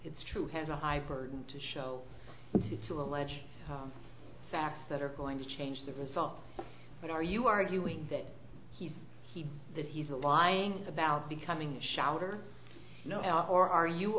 it's true has a high burden to show to allege facts that are going to change the result but are you arguing that he he that he's a lying about becoming a shouter or are you